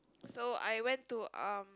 so I went to um